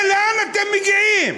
לאן אתם מגיעים?